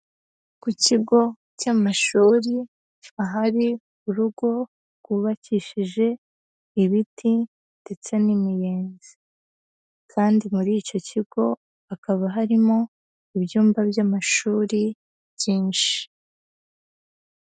Ku kigo cy'amashuri ahari urugo rwubakishije ibiti ndetse n'imiyenzi. Kandi muri icyo kigo hakaba harimo ibyumba by'amashuri byinshi.